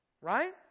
Right